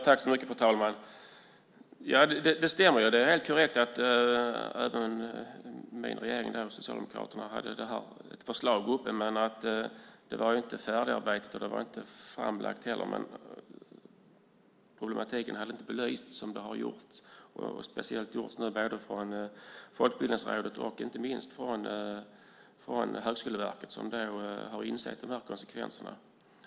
Fru talman! Det stämmer. Det är helt korrekt att min regering, Socialdemokraterna, hade ett förslag uppe, men det var inte färdigarbetat. Det var inte heller framlagt. Problematiken hade inte belysts som den nu har belysts, speciellt av Folkbildningsrådet och inte minst Högskoleverket som då har insett de här konsekvenserna.